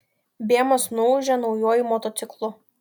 bėmas nuūžė naujuoju motociklu